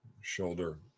Shoulder